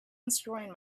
unscrewing